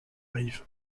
rive